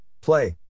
play